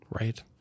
Right